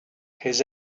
his